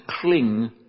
cling